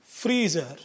freezer